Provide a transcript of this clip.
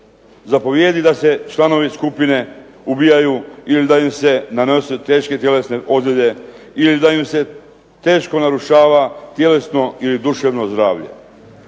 zapovijedi da se članovi skupine ubijaju ili da im se nanose teške tjelesne ozljede ili da im se teško narušava tjelesno ili duševno zdravlje.